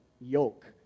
yoke